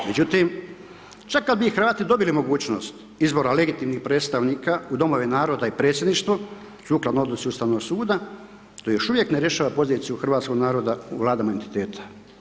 Međutim, sve kad bi i Hrvati dobili mogućnost izbora legitimnih predstavnika u domove naroda i predsjedništvo, sukladno odluci Ustavnog suda to još uvijek ne rješava poziciju hrvatskog naroda u vladama entiteta.